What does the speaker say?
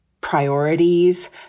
priorities